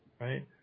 Right